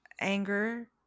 anger